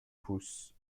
pousses